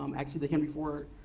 um actually, the henry ford